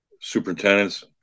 superintendents